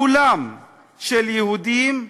כולם של יהודים,